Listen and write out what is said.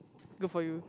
good for you